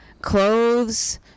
clothes